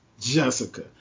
Jessica